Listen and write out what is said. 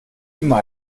immer